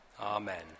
Amen